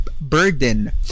burden